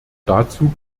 dazu